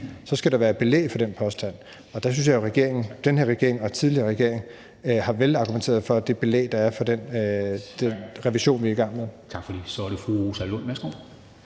Så skal der være belæg for den påstand. Og der synes jeg jo at den her regering og den tidligere regering har argumenteret godt for det belæg, der er, for den revision, vi er i gang med. Kl. 10:13 Formanden